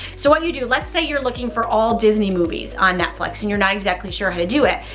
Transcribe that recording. so what you do, let's say you're looking for all disney movies on netflix, and you're not exactly sure how to do it.